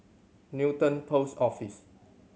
Newton Post Office